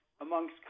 amongst